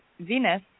Venus